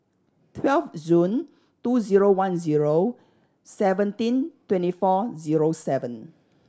twelve June two zero one zero seventeen twenty four zero seven